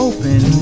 Open